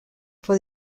for